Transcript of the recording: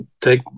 take